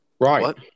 Right